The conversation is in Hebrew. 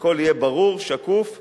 שהכול יהיה ברור, שקוף וחד.